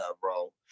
bro